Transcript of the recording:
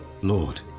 Lord